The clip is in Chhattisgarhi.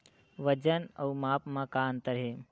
वजन अउ माप म का अंतर हे?